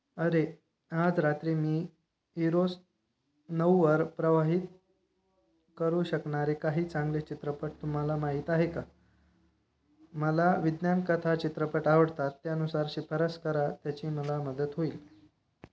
अरे आज रात्री मी इरोज नऊवर प्रवाहित करू शकणारे काही चांगले चित्रपट तुम्हाला माहीत आहे का मला विज्ञानकथा चित्रपट आवडतात त्यानुसार शिफारस करा त्याची मला मदत होईल